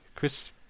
Chris